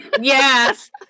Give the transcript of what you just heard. yes